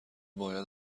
باید